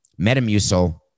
Metamucil